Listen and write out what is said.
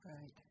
right